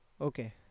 okay